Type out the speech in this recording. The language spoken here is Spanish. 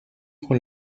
con